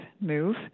move